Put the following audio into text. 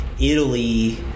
Italy